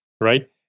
right